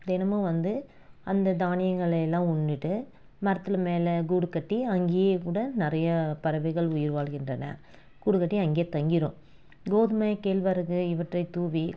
தினமும் வந்து அந்த தானியங்களை எல்லாம் உண்றுட்டு மரத்தில் மேலே கூடு கட்டி அங்கயே கூட நிறைய பறவைகள் உயிர் வாழ்கின்றன கூடு கட்டி அங்கேயே தாங்கிடும் கோதுமை கேழ்வரகு இவற்றை தூவி